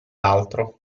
altro